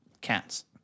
Cats